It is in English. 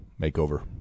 makeover